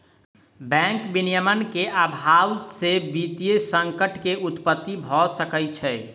bank विनियमन के अभाव से वित्तीय संकट के उत्पत्ति भ सकै छै